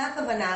מה הכוונה?